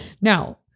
now